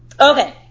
Okay